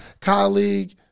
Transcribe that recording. colleague